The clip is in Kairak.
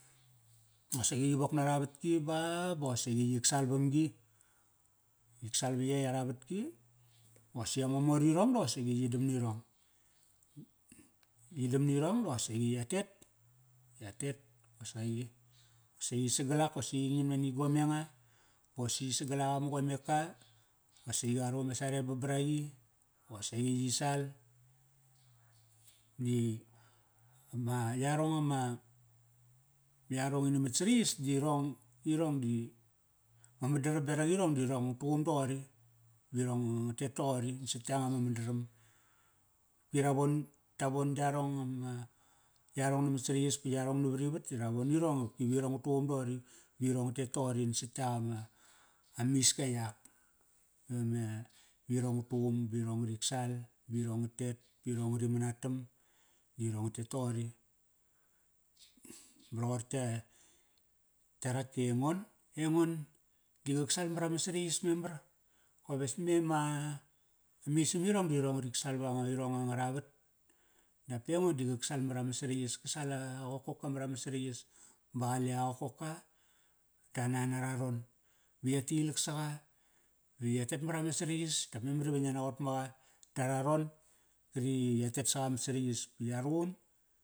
Qosi yi wok nara vatki ba, ba qosaqi yik sal vamgi. Yik sal va yey ara vatki. Qosi ama mor irong da qosi yi dam nirong. Yi dam nirong da qosi ya tet. Ya tet qosai. Qosaqi, sagal ak kosi ying ngiam nani gomenga ba qosi sagal ak ama gomeka, nak si qa ru ama sarebam braqi, ba qosaqi yi sal. Di ama yarong ama, yarong i namat saraiyas di irong, irong di ma madaram berak irong di irong nga tuqum doqori. Ba irong nga tet toqori nasat yanga ma mandaram. Pi ravon, tovon yarong ama, yarong navarivat ti ravon irong opki virong nga tuqum doqori. Ba irong nga tet toqori nasat yak ama, amiska yak. Va me, irong nga tuqum ba iorng ngarik sal ba irong nga tet, ba irong ngari manatam ba irong nga tet toqori. Ba roqor tka, yarak engon, engon di qak sal marama saraiyas memar. Koves me ma, amisam irong di irong nga rik sal vanga irong angara vat. Dap e engon di qak sal marama saraiyas. Ka sal a, a qokoka marama saraiyas. Ba qale a qokoka da nan ara ron. Ba ya tilak saqa, ba ya tet mara ma saraiyas ba memar iva ngia naqot maqa dara ron. Kari i ya tet saqa mat saraiyas ba ya ruqun.